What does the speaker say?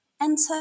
Enter